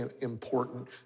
important